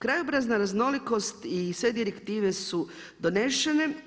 Krajobrazna raznolikost i sve direktive su donešene.